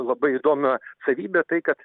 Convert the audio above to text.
labai įdomia savybe tai kad